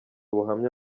ubuhamya